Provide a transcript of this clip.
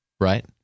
right